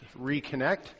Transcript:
reconnect